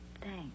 Thanks